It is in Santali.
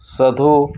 ᱥᱟᱹᱫᱷᱩ